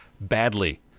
badly